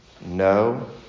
no